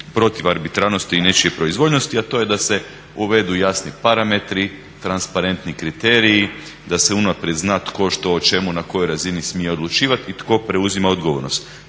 protiv arbitrarnosti i nečije proizvoljnosti, a to je da se uvedu jasni parametri, transparentni kriteriji, da se unaprijed zna tko, što, o čemu na kojoj razini smije odlučivati i tko preuzima odgovornost.